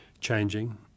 changing